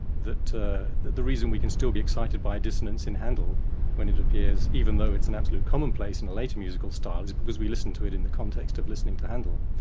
that the reason we can still be excited by dissonance in handel when it appears, even though it's an absolute commonplace in the later musical styles because we listen to it in the context of listening to handel.